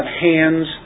hands